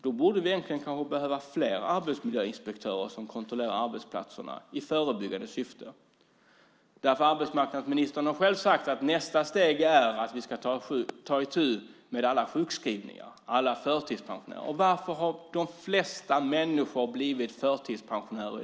Då borde vi kanske ha fler arbetsmiljöinspektörer som kontrollerar arbetsplatserna i förebyggande syfte. Arbetsmarknadsministern har själv sagt att nästa steg är att vi ska ta itu med alla sjukskrivningar och förtidspensioneringar. Varför har de flesta av förtidspensionärerna i det här landet blivit förtidspensionärer?